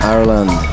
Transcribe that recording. Ireland